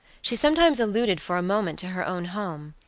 she sometimes alluded for a moment to her own home,